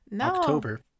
October